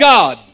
God